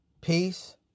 peace